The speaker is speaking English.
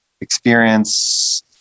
experience